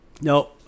No